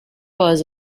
was